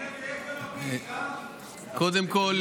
קודם כול,